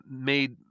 made